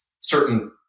certain